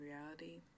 reality